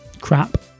Crap